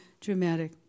dramatic